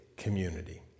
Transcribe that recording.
community